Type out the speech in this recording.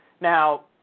Now